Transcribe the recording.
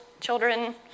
children